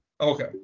Okay